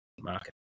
market